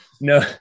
No